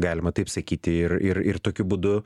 galima taip sakyti ir ir ir tokiu būdu